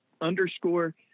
underscore